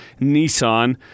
Nissan